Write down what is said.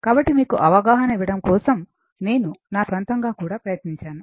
కాబట్టి మీకు అవగాహన ఇవ్వడం కోసం నేను నా స్వంతంగా కూడా ప్రయత్నించాను